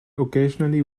occasionally